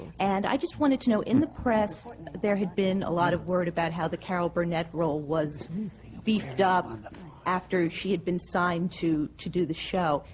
and i just wanted to know, in the press there had been a lot of word about how the carol burnett role was beefed up after she had been signed to to do the show.